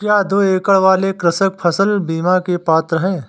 क्या दो एकड़ वाले कृषक फसल बीमा के पात्र हैं?